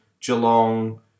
Geelong